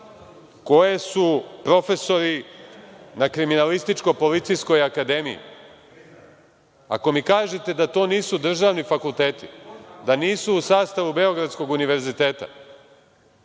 koje su profesori na Kriminalističko-policijskoj akademiji. Ako mi kažete da to nisu državni fakulteti, da nisu u sastavu Beogradskog univerziteta,